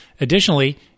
Additionally